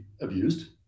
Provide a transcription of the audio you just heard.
abused